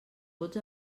vots